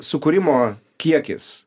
sukūrimo kiekis